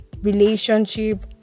relationship